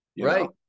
Right